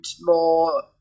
more